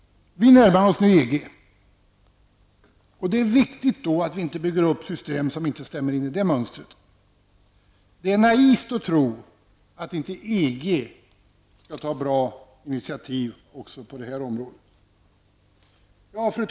Vi närmar oss nu EG. Det är då viktigt att vi inte bygger upp system som inte stämmer in i mönstret. Det är naivt att tro att inte EG kommer att ta bra initiativ också på det här området. Fru talman!